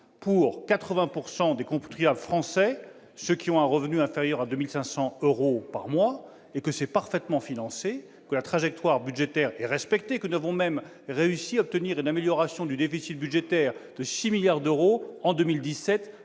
pour 80 % des contribuables français, ceux dont le revenu est inférieur à 2 500 euros par mois. Cette mesure est parfaitement financée. La trajectoire budgétaire est respectée. Nous avons même réussi à obtenir une amélioration du déficit budgétaire de 6 milliards d'euros en 2017,